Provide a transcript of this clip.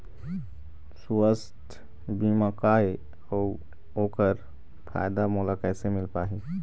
सुवास्थ बीमा का ए अउ ओकर फायदा मोला कैसे मिल पाही?